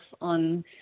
on